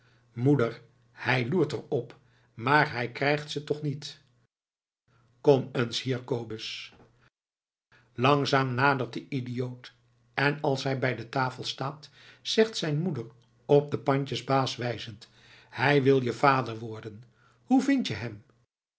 moeder hij loert er op maar hij krijgt ze toch niet kom eens hier kobus langzaam nadert de idioot en als hij bij de tafel staat zegt zijn moeder op den pandjesbaas wijzend hij wil je vader worden hoe vind je hem